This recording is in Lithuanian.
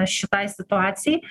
šitai situacijai